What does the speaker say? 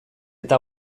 eta